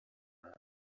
her